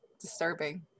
disturbing